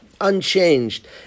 unchanged